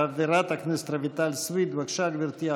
חברת הכנסת רויטל סויד, בבקשה, גברתי.